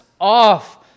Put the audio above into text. off